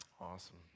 Awesome